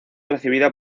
recibida